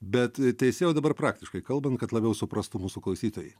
bet teisėjau dabar praktiškai kalbant kad labiau suprastų mūsų klausytojai